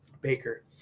Baker